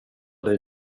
dig